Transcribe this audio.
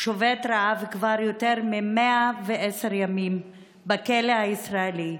שובת רעב כבר יותר מ-110 ימים בכלא הישראלי.